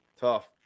Tough